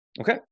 Okay